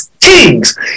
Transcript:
kings